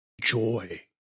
joy